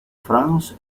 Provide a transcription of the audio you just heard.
france